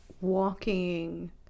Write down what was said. walking